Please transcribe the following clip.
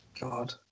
God